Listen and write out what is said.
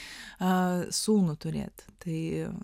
sūnų turėt